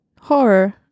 horror